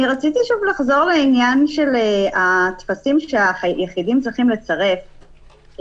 אני רוצה לחזור שוב לעניין הטפסים שהיחידים צריכים לצרף,